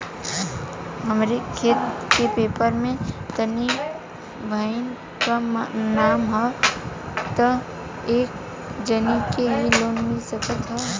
हमरे खेत के पेपर मे तीन भाइयन क नाम ह त का एक जानी के ही लोन मिल सकत ह?